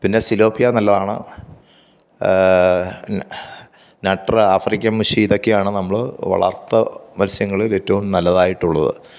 പിന്നെ സിലോപ്പിയ നല്ലതാണ് പിന്നെ നട്രാ ആഫ്രിക്കൻമുഷി ഇതൊക്കെയാണ് നമ്മള് വളർത്തു മത്സ്യങ്ങളിൽ ഏറ്റവും നല്ലതായിട്ടുള്ളത്